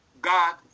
God